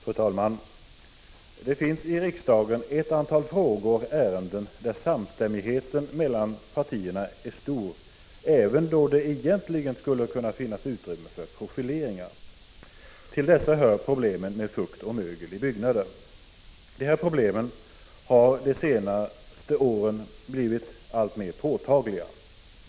; Fru talman! Det finns i riksdagen ett antal frågor och ärenden där samstämmigheten mellan partierna är stor, även då det egentligen skulle kunna finnas utrymme för profileringar. Till dessa hör problemen med fukt och mögel i byggnader. Dessa problem har de senaste åren blivit alltmer påtagliga.